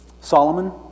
Solomon